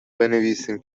بنویسیم